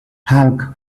hulk